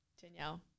Danielle